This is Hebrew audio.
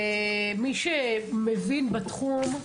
ומי שמבין בתחום,